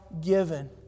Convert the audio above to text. given